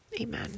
Amen